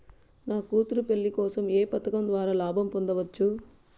నా కూతురు పెళ్లి కోసం ఏ పథకం ద్వారా లాభం పొందవచ్చు?